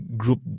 group